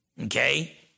okay